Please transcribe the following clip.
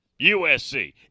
USC